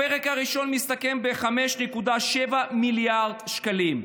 הפרק הראשון מסתכם ב-5.7 מיליארד שקלים.